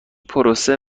پروسه